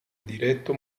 diretto